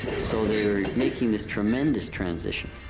so they were making this tremendous transition.